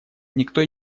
никто